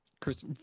Chris-